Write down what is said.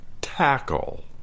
Tackle